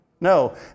No